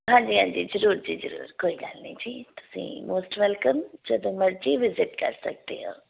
ਹਾਂਜੀ ਹਾਂਜੀ ਜ਼ਰੂਰ ਜੀ ਜ਼ਰੂਰ ਕੋਈ ਗੱਲ ਨਹੀਂ ਜੀ ਤੁਸੀਂ ਮੌਸਟ ਵੈਲਕਮ ਜਦੋਂ ਮਰਜ਼ੀ ਵਿਜਿਟ ਕਰ ਸਕਦੇ ਹੋ